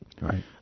Right